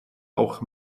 auch